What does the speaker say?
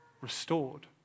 restored